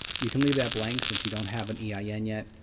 you can leave that blank since you don't have an yeah yeah ein yet.